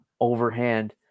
overhand